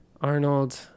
Arnold